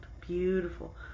Beautiful